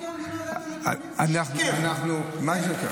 סגן השר,